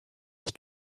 ich